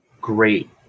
great